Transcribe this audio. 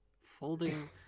folding